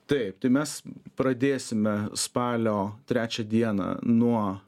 taip tai mes pradėsime spalio trečią dieną nuo